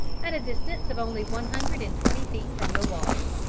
at a distance of only one hundred and twenty feet from the walls.